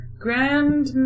Grand